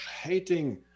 hating